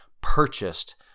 purchased